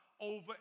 over